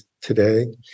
today